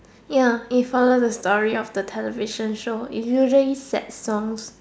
ya it follow the story of the television show it's usually sad songs